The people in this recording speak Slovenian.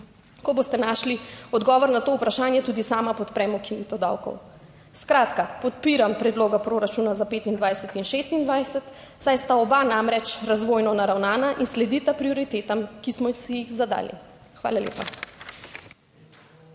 Ko boste našli odgovor na to vprašanje, tudi sama podprem ukinitev davkov. Skratka, podpiram predloga proračuna za leti 2025 in 2026, saj sta oba namreč razvojno naravnana in sledita prioritetam, ki smo si jih zadali. Hvala lepa.